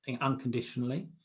unconditionally